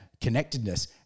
connectedness